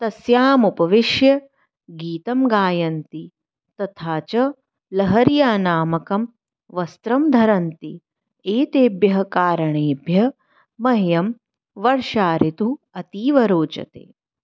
तस्याम् उपविश्य गीतं गायन्ति तथा च लहर्यानामकं वस्त्रं धरन्ति एतेभ्यः कारणेभ्यः मह्यं वर्षा ऋतुः अतीव रोचते